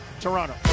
Toronto